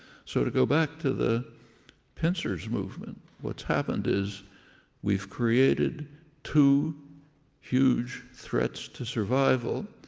so, to go back to the pincers movement, what's happened is we've created two huge threats to survival.